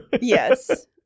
Yes